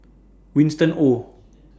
Winston Oh